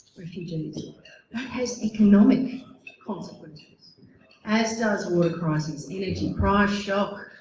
refugees? that has economic consequences as does a water crisis, energy price shock,